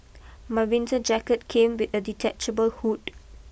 my winter jacket came with a detachable hood